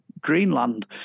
Greenland